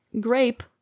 grape